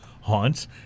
haunts